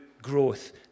growth